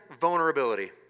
vulnerability